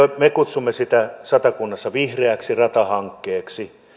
me kutsumme sitä satakunnassa vihreä rata hankkeeksi